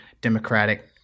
Democratic